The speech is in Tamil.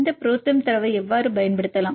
இந்த புரோதெர்ம் தரவை எவ்வாறு பயன்படுத்தலாம்